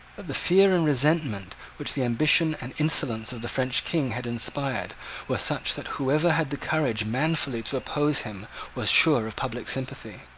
the fear and resentment which the ambition and insolence of the french king had inspired were such that whoever had the courage manfully to oppose him was sure of public sympathy.